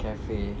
cafe